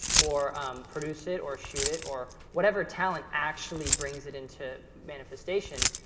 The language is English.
or um produce it, or shoot it, or whatever talent actually brings it into manifestation.